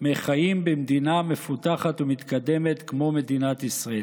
מהחיים במדינה מפותחת ומתקדמת כמו מדינת ישראל.